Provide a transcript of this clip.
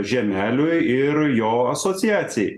žiemeliui ir jo asociacijai